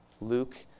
Luke